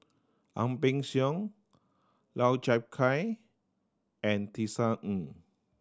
Ang Peng Siong Lau Chiap Khai and Tisa Ng